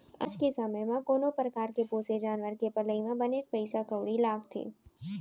आज के समे म कोनो परकार के पोसे जानवर के पलई म बनेच पइसा कउड़ी लागथे